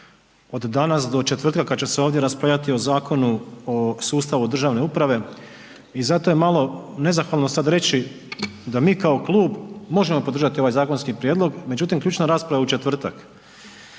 od danas do četvrtka kad će se ovdje raspravljati o Zakonu o sustavu državne uprave i zato je malo nezahvalno sad reći da mi kao klub možemo podržati ovaj zakonski prijedlog, međutim ključna rasprava je u četvrtak.